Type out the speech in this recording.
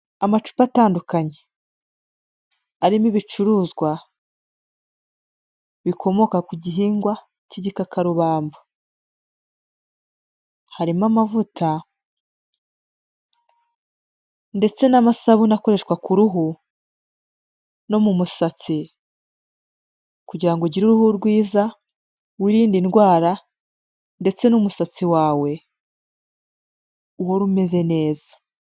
Amacupa atandukanye arimo ibicuruzwa bikomoka ku gihingwa k'igikakarubamba harimo amavuta ndetse n'amasabukoreshwa ku ruhu no mu musatsi kugira ugire uruhu rwiza wirin indwara ndetse n'umusatsi wawe umeze neza.